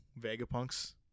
Vegapunk's